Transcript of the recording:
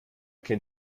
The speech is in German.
kennt